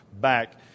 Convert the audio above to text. back